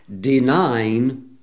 denying